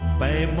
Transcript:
by